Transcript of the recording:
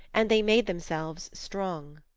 and they made themselves strong.